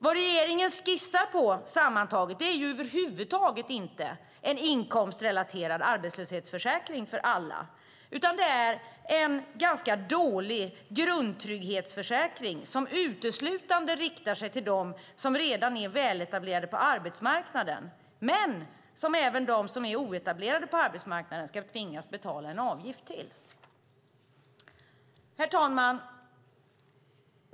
Vad regeringen skissar på, sammantaget, är över huvud taget inte en inkomstrelaterad arbetslöshetsförsäkring för alla, utan det är en ganska dålig grundtrygghetsförsäkring som uteslutande riktar sig till dem som redan är väletablerade på arbetsmarknaden men som även de som är oetablerade på arbetsmarknaden ska tvingas betala en avgift till. Herr talman!